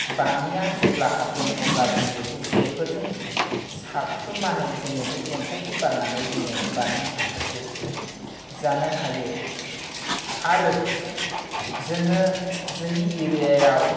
बामिया जेब्ला हाबगोन अब्ला जों बेखौ जेफोरजों सारख्लुमनानै जोङो बै अन्थाइखौ गारनानै जोङो बामि नाफोरखौ जानो हायो आरो जोङो जोंनि एरियायाव